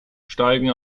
steigen